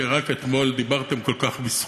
שרק אתמול דיברתם כל כך בזכותה.